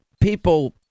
people